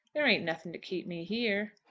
there ain't nothing to keep me here.